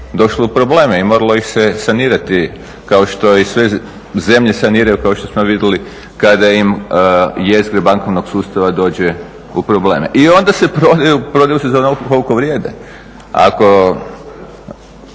došle u probleme i moralo ih se sanirati kao što i sve zemlje saniraju kao što smo vidjeli kada im jezgra bankovnog sustava dođe u probleme. I onda se prodaju, prodaju se